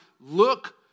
look